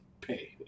pay